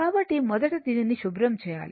కాబట్టి మొదట దీనిని శుభ్రం చేయాలి